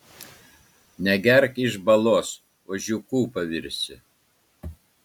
negerk iš balos ožiuku pavirsi